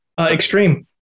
Extreme